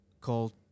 called